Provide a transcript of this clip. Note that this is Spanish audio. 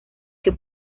que